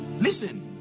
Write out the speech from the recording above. listen